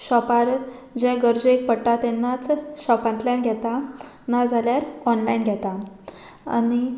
शॉपार जे गरजेक पडटा तेन्नाच शॉपांतल्यान घेता ना जाल्यार ऑनलायन घेता आनी